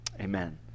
amen